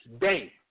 day